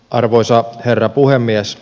arvoisa herra puhemies